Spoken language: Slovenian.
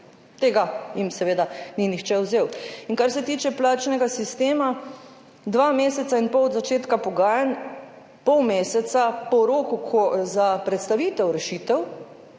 tega jim seveda ni nihče vzel. Kar se tiče plačnega sistema, dva meseca in pol od začetka pogajanj, pol meseca po roku za predstavitev rešitev